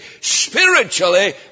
spiritually